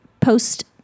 post